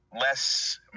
less